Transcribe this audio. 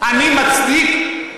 אני מצדיק?